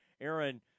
Aaron